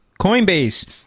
coinbase